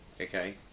Okay